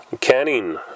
canning